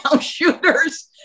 shooters